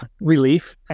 Relief